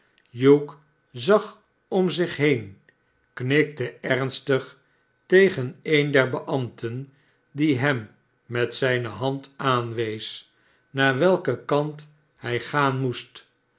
hugh zag om zich heen knikte ernstig tegen een der beambten die hem met zijne hand aanwees naar welken kant hij gaan moest